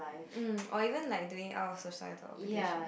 mm or even like doing our societal obligation